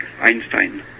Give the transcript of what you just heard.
Einstein